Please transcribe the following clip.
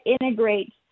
integrate